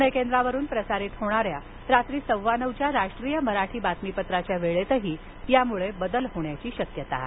पुणे केंद्रावरून प्रसारित होणाऱ्या रात्री सव्वा नऊच्या राष्ट्रीय मराठी बातमीपत्राच्या वेळेतही बदल होण्याची शक्यता आहे